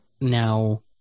now